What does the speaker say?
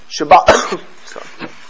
Shabbat